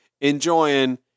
enjoying